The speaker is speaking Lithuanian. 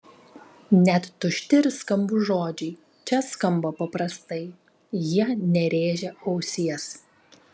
net tušti ir skambūs žodžiai čia skamba paprastai jie nerėžia ausies